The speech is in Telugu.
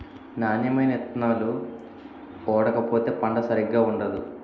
నాణ్యమైన ఇత్తనాలు ఓడకపోతే పంట సరిగా పండదు